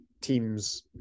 teams